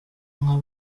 nka